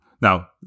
Now